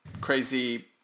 crazy